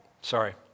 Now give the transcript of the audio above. Sorry